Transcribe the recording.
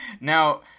Now